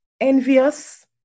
envious